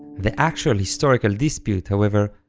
the actual historical dispute, however,